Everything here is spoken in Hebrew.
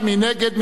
נא להצביע.